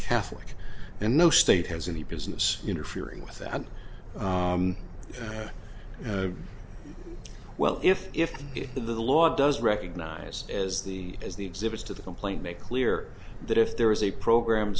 catholic and no state has any business interfering with that well if if the law does recognize as the as the exhibits to the complaint make clear that if there is a program